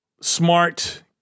Smart